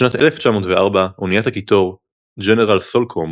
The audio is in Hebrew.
בשנת 1904, אוניית הקיטור "גנרל סלוקום"